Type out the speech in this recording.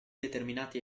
determinati